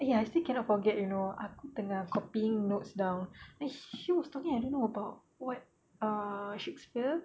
!aiya! I still cannot forget you know aku tengah copying notes down and she was talking I don't know about what uh shakespeare